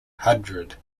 hundred